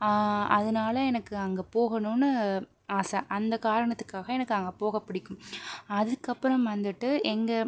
அதனால் எனக்கு அங்கே போகணும்னு ஆசை அந்த காரணத்துக்காக எனக்கு அங்கே போக பிடிக்கும் அதுக்கு அப்புறம் வந்துட்டு எங்கே